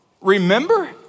Remember